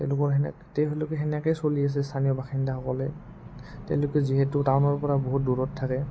তেওঁলোকৰ সেনে তেওঁলোকে সেনেকৈ চলি আছে স্থানীয় বাসিন্দাসকলে তেওঁলোকে যিহেতু টাউনৰপৰা বহুত দূৰত থাকে